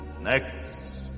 Next